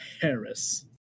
Harris